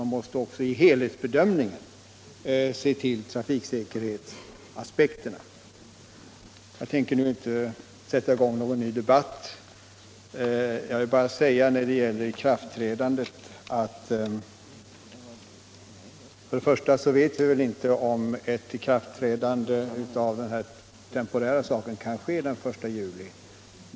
Man måste också i helhetsbedömningen se till trafiksäkerhetsaspekterna. Jag tänker nu inte sätta i gång någon ny debatt. Jag vill bara när det gäller ikraftträdandet säga att vi väl inte vet om ett ikraftträdande av den här temporära kungörelsen kan äga rum den 1 juli.